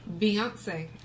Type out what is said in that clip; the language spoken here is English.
Beyonce